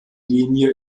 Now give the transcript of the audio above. linie